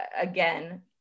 again